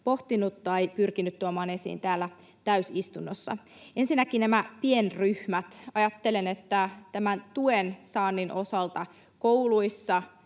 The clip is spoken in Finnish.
pohtinut tai pyrkinyt tuomaan esiin täällä täysistunnossa. Ensinnäkin nämä pienryhmät: Ajattelen, että tämän tuen saannin osalta kouluissa